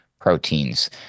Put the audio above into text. proteins